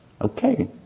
okay